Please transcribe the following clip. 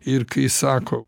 ir kai sako